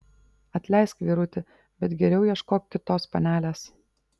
atleisk vyruti bet geriau ieškok kitos panelės